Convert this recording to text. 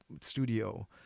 studio